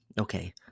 Okay